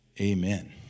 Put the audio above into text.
amen